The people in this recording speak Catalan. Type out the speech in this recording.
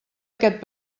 aquest